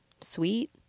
sweet